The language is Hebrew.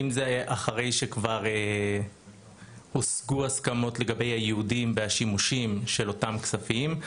אם זה אחרי שכבר הושגו הסכמות לגבי הייעודים והשימושים של אותם כספים,